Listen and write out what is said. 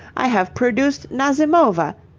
i have produced nazimova.